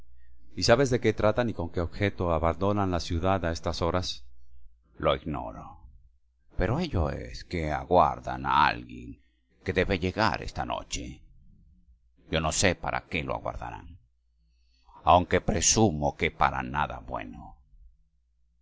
y sabes de qué tratan y con qué objeto abandonan la ciudad a estas horas lo ignoro pero ello es que aguardan a alguien que debe de llegar esta noche yo no sé para qué lo aguardarán aunque presumo que para nada bueno